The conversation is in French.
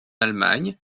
allemagne